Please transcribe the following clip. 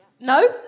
No